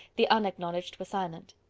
the unacknowledged were silent.